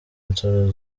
nsoro